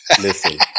Listen